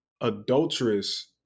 adulterous